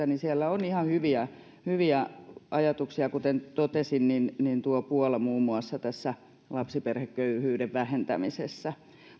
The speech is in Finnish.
niin siellä on ihan hyviä hyviä ajatuksia kuten totesin tuo puola muun muassa tässä lapsiperheköyhyyden vähentämisessä